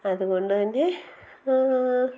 അതുകൊണ്ട് തന്നെ